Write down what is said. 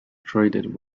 traded